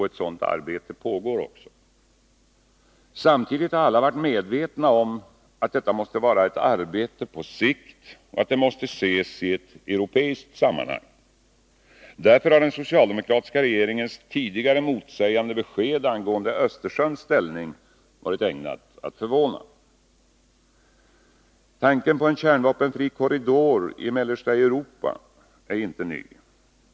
Ett sådant arbete pågår också. Samtidigt har alla varit medvetna om att detta måste vara ett arbete på sikt och att det måste ses i ett europeiskt sammanhang. Därför har den socialdemokratiska regeringens tidigare motsägande besked angående Östersjöns ställning varit ägnade att förvåna. Tanken på en kärnvapenfri korridor i mellersta Europa är inte ny.